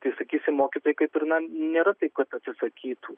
tai sakysim mokytojai kaip ir na nėra taip kad atsisakytų